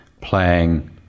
playing